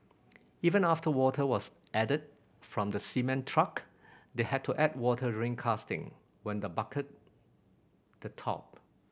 even after water was added from the cement truck they had to add water during casting when the bucket the top